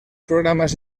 programas